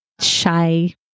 shy